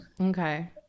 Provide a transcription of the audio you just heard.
Okay